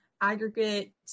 aggregate